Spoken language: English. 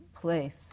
place